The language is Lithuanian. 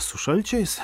su šalčiais